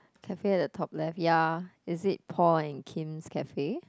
I feel the top left ya is it Paul and Kin's cafe